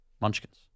Munchkins